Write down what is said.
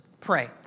pray